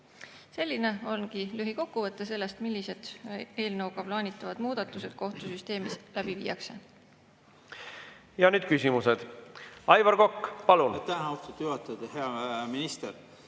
Selline ongi lühikokkuvõte sellest, millised eelnõuga plaanitavad muudatused kohtusüsteemis läbi viiakse. Ja nüüd küsimused. Aivar Kokk, palun! Ja nüüd küsimused.